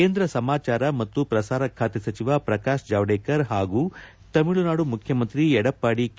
ಕೇಂದ್ರ ಸಮಾಜಾರ ಮತ್ತು ಪ್ರಸಾರ ಖಾತೆ ಸಚಿವ ಪ್ರಕಾಶ್ ಜಾವಡೇಕರ್ ಹಾಗೂ ತಮಿಳುನಾಡು ಮುಖ್ಕಮಂತ್ರಿ ಎಡಪ್ಪಾಡಿ ಕೆ